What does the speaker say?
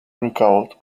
recovered